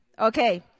Okay